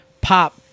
Pop